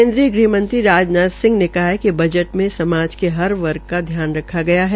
केन्द्रीय गृहमंत्री राजनाथ सिंह ने कहा है कि बजट में समाज के हर वर्ग का ध्यान रखा गया है